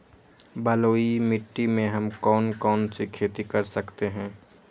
बलुई मिट्टी में हम कौन कौन सी खेती कर सकते हैँ?